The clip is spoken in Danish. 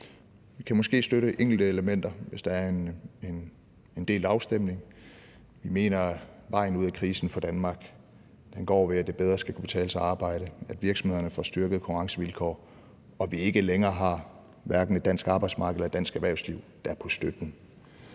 Vi kan måske støtte enkelte elementer, hvis der er en delt afstemning. Vi mener, at vejen ud af krisen for Danmark går ved, at det bedre skal kunne betale sig at arbejde, at virksomhederne får styrkede konkurrencevilkår, og at vi ikke længere har hverken et dansk arbejdsmarked eller et dansk erhvervsliv, der er på støtten.